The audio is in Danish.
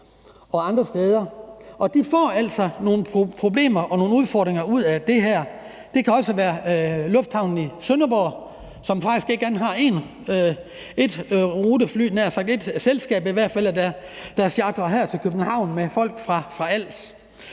De får altså nogle problemer og nogle udfordringer ud af det her. Det kan også være lufthavnen i Sønderborg, som faktisk ikke har andet end ét selskab, der flyver her til København med folk fra Als.